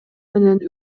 менен